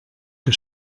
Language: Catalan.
que